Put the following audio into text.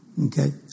Okay